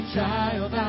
Child